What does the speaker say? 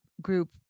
group